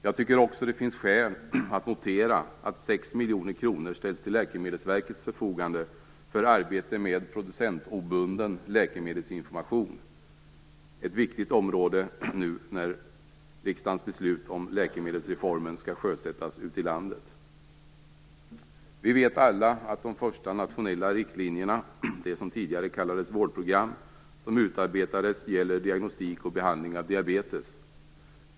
Det finns också skäl att notera att 6 miljoner kronor ställs till Läkemedelsverkets förfogande för arbetet med producentobunden läkemedelsinformation. Det är ett viktigt område nu när riksdagens beslut om läkemedelsreformen skall sjösättas ute i landet. Vi vet alla att de första nationella riktlinjerna - det som tidigare kallades vårdprogram - som utarbetades gäller diagnostik och behandling av diabetes.